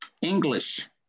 english